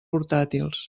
portàtils